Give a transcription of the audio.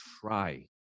try